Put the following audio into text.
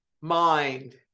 mind